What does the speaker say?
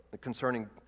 concerning